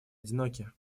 одиноки